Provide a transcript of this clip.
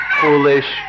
foolish